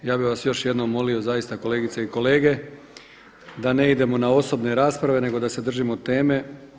Ja bih vas još jednom molio kolegice i kolege da ne idemo na osobne rasprave nego da se držimo teme.